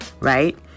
Right